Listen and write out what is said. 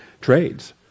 trades